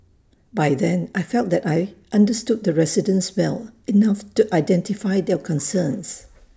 by then I felt that I understood the residents well enough to identify their concerns